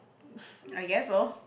I guess so